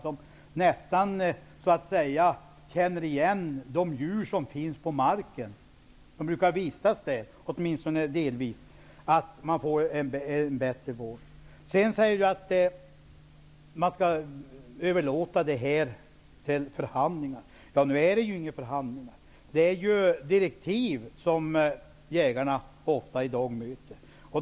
De så att säga nästan känner igen de djur som brukar vistas på marken, och det är väl alldeles klart att man då får en bättre viltvård. Carl G Nilsson säger att frågor om priser skall överlåtas till dem som förhandlar. Men i dag sker det inga förhandlingar, utan ofta är det ju direktiv som jägarna möter.